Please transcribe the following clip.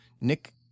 Nick